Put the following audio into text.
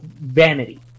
vanity